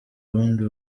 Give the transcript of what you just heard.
ubundi